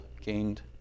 gained